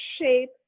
shape